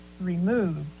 removed